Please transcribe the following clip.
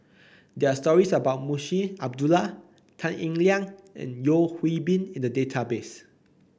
there are stories about Munshi Abdullah Tan Eng Liang and Yeo Hwee Bin in the database